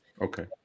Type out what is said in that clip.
Okay